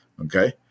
Okay